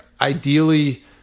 ideally